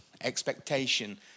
expectation